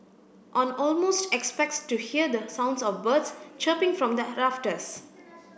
on almost expects to hear the sounds of birds chirping from the rafters